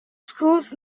schools